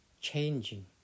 changing